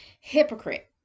Hypocrite